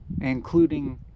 including